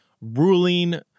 ruling